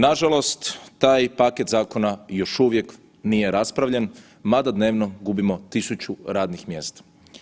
Nažalost taj paket zakona još uvijek nije raspravljen mada dnevno gubimo 1.000 radnih mjesta.